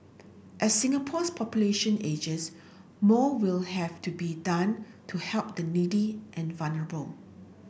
as Singapore's population ages more will have to be done to help the needy and vulnerable